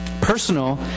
personal